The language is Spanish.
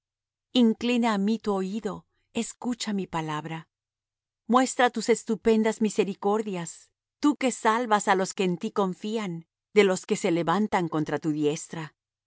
inclina á mí tu oído escucha mi palabra muestra tus estupendas misericordias tú que salvas á los que en ti confían de los que se levantan contra tu diestra